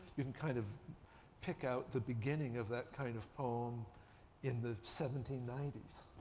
you can kind of pick out the beginning of that kind of poem in the seventeen ninety s.